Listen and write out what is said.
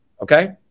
okay